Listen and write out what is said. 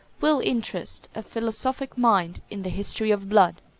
will interest a philosophic mind in the history of blood.